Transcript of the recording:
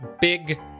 big